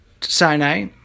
Sinai